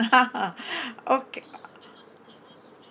okay